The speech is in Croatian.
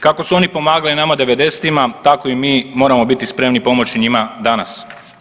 Kako su oni pomagali nama 90-ima, tako i mi moramo biti spremni pomoći njima danas.